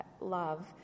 love